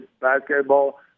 basketball